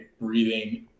breathing